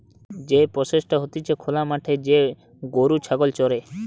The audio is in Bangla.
যেই প্রসেসটা হতিছে খোলা মাঠে যে গরু ছাগল চরে